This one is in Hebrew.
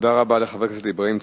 תודה רבה לחבר הכנסת אברהים צרצור.